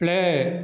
play